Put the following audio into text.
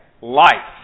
life